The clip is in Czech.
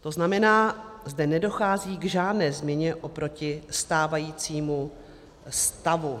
To znamená, zde nedochází k žádné změně oproti stávajícímu stavu.